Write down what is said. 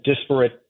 disparate